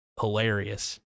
hilarious